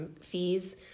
fees